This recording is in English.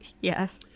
Yes